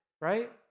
right